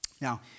Now